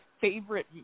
favorite